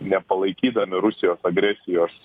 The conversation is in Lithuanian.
nepalaikydami rusijos agresijos